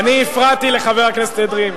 אני הפרעתי לחבר הכנסת אדרי.